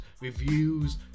reviews